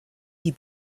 die